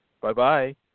Bye-bye